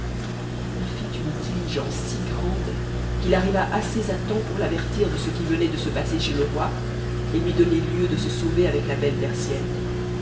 il fit une diligence si grande qu'il arriva assez à temps pour l'avertir de ce qui venait de se passer chez le roi et lui donner lieu de se sauver avec la belle persienne